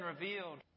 revealed